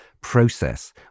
process